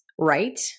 right